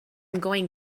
going